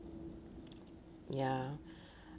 ya